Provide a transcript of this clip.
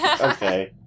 Okay